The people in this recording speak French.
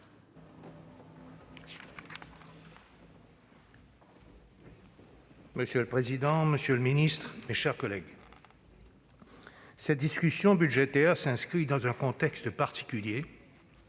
Monsieur le président, monsieur le ministre, mes chers collègues, cette discussion budgétaire s'inscrit dans un contexte particulier,